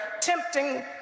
tempting